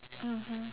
mmhmm